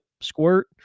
squirt